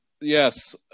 yes